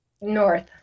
North